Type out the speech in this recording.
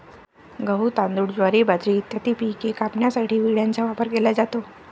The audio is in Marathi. गहू, तांदूळ, ज्वारी, बाजरी इत्यादी पिके कापण्यासाठी विळ्याचा वापर केला जातो